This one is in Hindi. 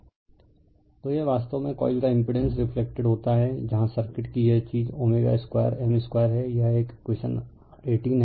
रिफर स्लाइड टाइम 0327 तो यह वास्तव में कॉइल का इम्पिड़ेंस रिफ्लेक्टेड होता है जहां सर्किट की यह चीज स्क्वायर M स्क्वायर है यह एक इकवेशन 18 है